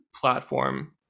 platform